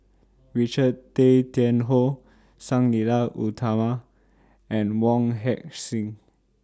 Richard Tay Tian Hoe Sang Nila Utama and Wong Heck Sing